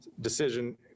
Decision